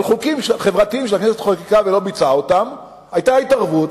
על חוקים חברתיים שהכנסת חוקקה ולא ביצעה אותם היתה התערבות,